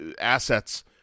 assets